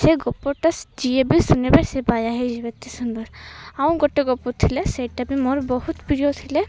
ସେ ଗପଟା ଯିଏ ବି ଶୁଣିବେ ସେ ବାଇଆ ହୋଇଯିବେ ଏତେ ସୁନ୍ଦର ଆଉ ଗୋଟେ ଗପ ଥିଲା ସେଇଟା ବି ମୋର ବହୁତ ପ୍ରିୟ ଥିଲା